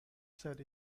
said